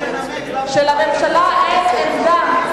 שלממשלה אין עמדה.